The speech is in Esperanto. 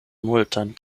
multan